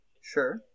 sure